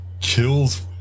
kills